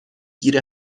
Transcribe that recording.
گیر